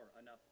enough